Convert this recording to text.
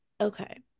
Okay